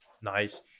nice